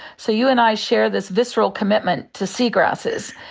so you and i share this visceral commitment to sea grasses.